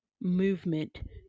movement